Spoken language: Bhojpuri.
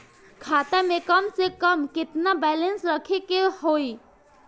खाता में कम से कम केतना बैलेंस रखे के होईं?